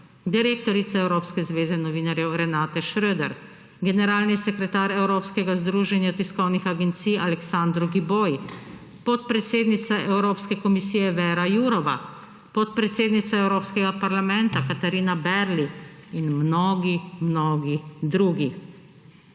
direktorica Evropske zveze novinarjev, Renate Schreder, generalni sekretar Evropskega združenja tiskovnih agencij Aleksandru Giboj, podpredsednica Evropske komisije Vera Jurova, podpredsednica Evropskega parlamenta Katarina Berli in mnogi mnogi drugi.